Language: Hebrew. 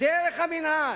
דרך המינהל,